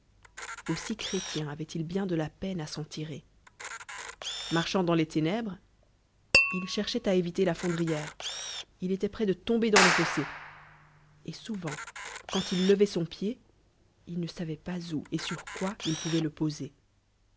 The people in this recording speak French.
aussi de chréchrétien avoit-il bien de la peine à tie s'en tirer marchant dans les ténèbres il cher boit à éviter la fondrière il étoit pr's de tomber dans le fossé et souvent quand il levoit son pied il ne savoit pas où et sur quoi il pouvoit lé poser